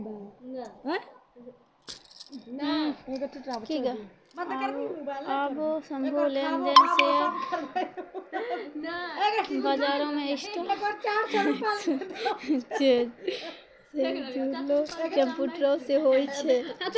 आबे सभ्भे लेन देन शेयर बजारो मे स्टॉक एक्सचेंज से जुड़लो कंप्यूटरो से होय छै